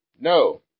No